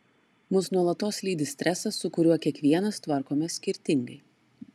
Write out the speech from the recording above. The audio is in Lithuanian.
mus nuolatos lydi stresas su kuriuo kiekvienas tvarkomės skirtingai